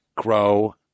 grow